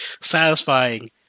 satisfying